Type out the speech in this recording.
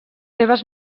seves